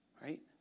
right